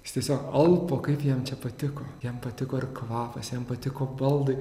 jis tiesiog alpo kaip jam čia patiko jam patiko ir kvapas jam patiko baldai